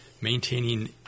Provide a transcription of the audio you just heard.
maintaining